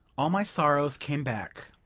all my sorrows came back.